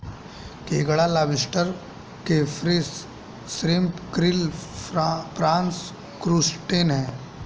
केकड़ा lobster crayfish shrimp krill prawns crustacean है